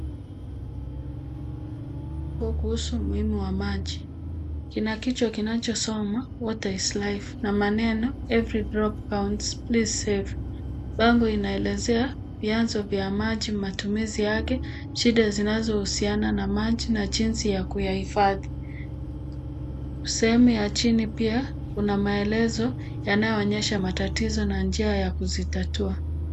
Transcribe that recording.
Ni kuhusu umuhimu wa maji, na kichwa kinachosoma, water is life na maneno every drop counts, please save . Bango linaelezea vyanzo vya maji, matumizi yake, shida zinazohusiana na maji na jinsi ya kuyahifadhi. Sehemu ya chini pia kuna maelezo yanayoonyesha matatizo na njia ya kuzitatua.